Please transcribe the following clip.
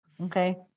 Okay